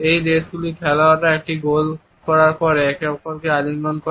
এই দেশগুলিতে খেলোয়াড়রা একটি গোল করার পরে একে অপরকে আলিঙ্গন করে